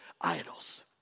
idols